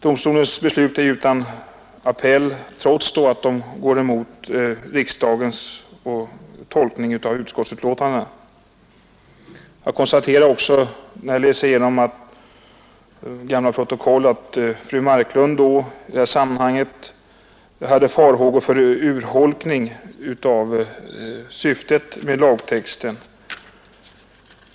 Domstolens beslut är utan appell trots att de går emot riksdagens tolkning av utskottsutlätandet. Av protokollet framgår att fru Marklund i det sammanhanget hade farhågor för en urholkning av syftet med lagtexten.